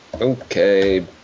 Okay